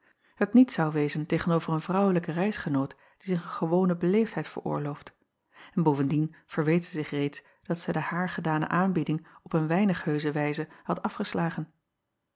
het niet zou wezen tegen-over een vrouwelijke reisgenoot die zich een gewone beleefdheid veroorlooft en bovendien verweet zij zich reeds dat zij de haar gedane aanbieding op een weinig heusche wijze had afgeslagen